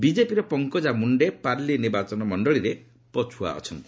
ବିକେପିର ପଙ୍କଜା ମୁଣ୍ଡେ ପାର୍ଲି ନିର୍ବାଚନ ମଣ୍ଡଳୀରେ ପଛୁଆ ଅଛନ୍ତି